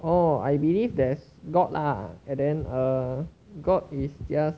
oh I believe there is god ah and then err god is just